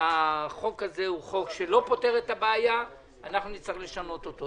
שהחוק לא פותר את הבעיה אנחנו נצטרך לשנות אותו.